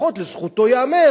לפחות לזכותו ייאמר,